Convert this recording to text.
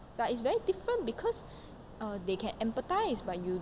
but it's very different because uh they can empathise but you